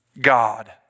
God